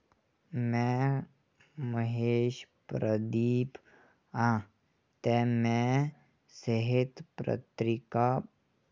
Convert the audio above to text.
में महेश प्रदीप आं ते में सेह्त पत्रिका